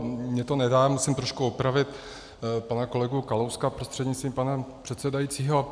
Mně to nedá, musím trošku opravit pana kolegu Kalouska prostřednictvím pana předsedajícího.